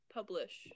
Publish